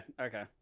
okay